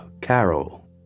Carol